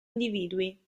individui